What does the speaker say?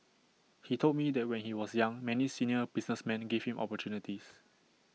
he told me that when he was young many senior businessmen gave him opportunities